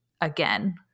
Again